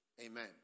Amen